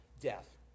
death